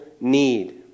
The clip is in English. need